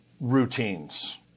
routines